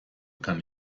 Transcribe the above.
kann